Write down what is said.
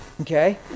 Okay